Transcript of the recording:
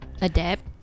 adapt